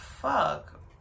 fuck